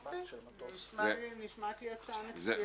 זאת נשמעת לי הצעה מצוינת.